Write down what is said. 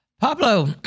Pablo